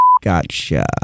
gotcha